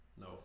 No